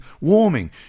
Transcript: warming